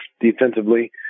defensively